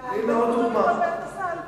לשיניים ולא מורידים את זה מהסל.